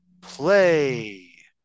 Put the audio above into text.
play